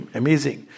amazing